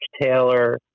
Taylor